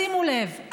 שימו לב,